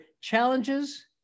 challenges